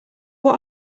what